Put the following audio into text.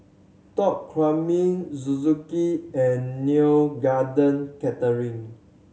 Top Gourmet Suzuki and Neo Garden Catering